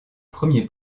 premier